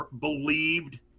believed